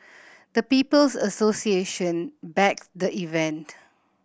the People's Association backed the event